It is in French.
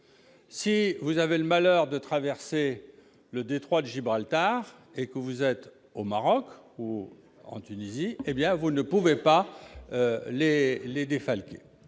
Si vous avez le malheur de traverser le détroit de Gibraltar et de vous installer au Maroc ou en Tunisie, vous ne pouvez pas les défalquer.